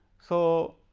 so,